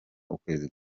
ukwezi